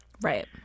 Right